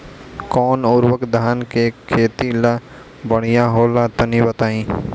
कौन उर्वरक धान के खेती ला बढ़िया होला तनी बताई?